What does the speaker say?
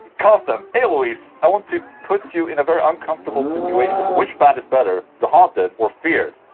kalsten ey louise, i want to put you in a very uncomfortable situatio which band is better, the haunted or feared?